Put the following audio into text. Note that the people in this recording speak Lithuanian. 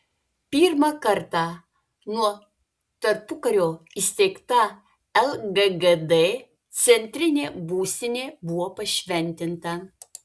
pirmą kartą nuo tarpukario įsteigta lggd centrinė būstinė buvo pašventinta